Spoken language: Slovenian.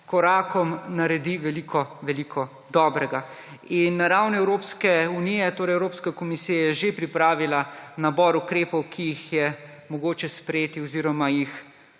korakom naredi veliko, veliko dobrega. Na ravni Evropske unije, torej Evropska komisija je že pripravila nabor ukrepov, ki jih je mogoče sprejeti oziroma jih